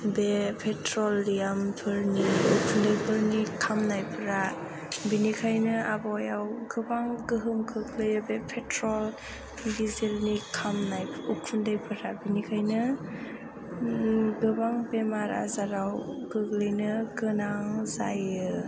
बे पेट्रलियामफोरनि उखुन्दैफोरनि खामनायफोरा बेनिखायनो आबहावायाव गोबां गोहोम खोख्लैयो बे पेट्रल डिजेलनि खामनाय उखुन्दैफोरा बेनिखायनो गोबां बेमार आजाराव गोग्लैनो गोनां जायो